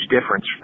difference